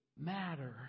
matter